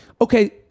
okay